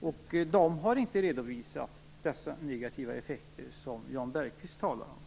och de har inte redovisat dessa negativa effekter som Jan Bergqvist talar om.